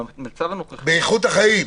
במצב הנוכחי --- באיכות החיים.